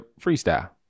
freestyle